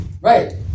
Right